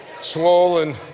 swollen